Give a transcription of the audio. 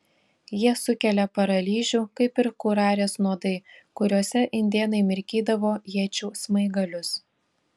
jie sukelia paralyžių kaip ir kurarės nuodai kuriuose indėnai mirkydavo iečių smaigalius